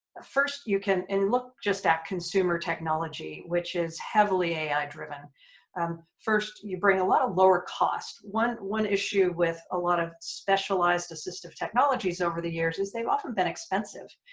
first you can. and look just at consumer technology which is heavily ai driven um first you bring a lot of lower cost one one issue with a lot of specialized assistive technologies over the years is they've often been expensive,